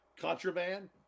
Contraband